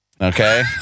Okay